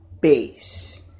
base